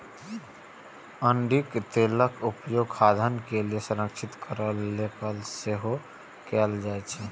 अरंडीक तेलक उपयोग खाद्यान्न के संरक्षित करै लेल सेहो कैल जाइ छै